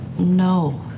no.